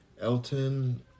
elton